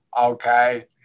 okay